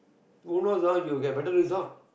who knows ah you'll get better result